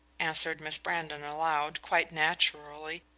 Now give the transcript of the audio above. answered miss brandon aloud, quite naturally,